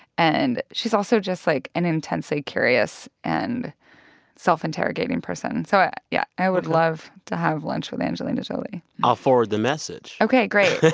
and she's also just, like, an intensely curious and self-interrogating person. so yeah, i would love to have lunch with angelina jolie i'll forward the message ok, great.